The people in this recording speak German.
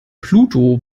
pluto